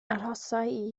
arhosai